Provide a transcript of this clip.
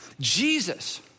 Jesus